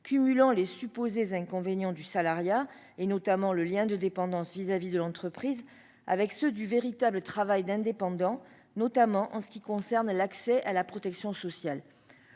cumulant les supposés inconvénients du salariat, notamment le lien de dépendance vis-à-vis de l'entreprise, avec ceux du véritable travail d'indépendant, notamment en ce qui concerne l'accès à la protection sociale.